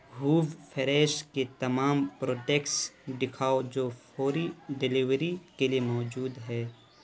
ہووو fresh کے تمام products دکھاؤ جو فوری ڈیلیوری کے لیے موجود ہے